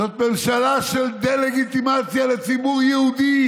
זו ממשלה של דה-לגיטימציה לציבור יהודי